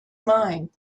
mine